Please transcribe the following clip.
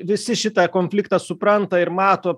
visi šitą konfliktą supranta ir mato